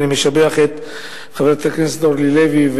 אני משבח את חברת הכנסת אורלי לוי.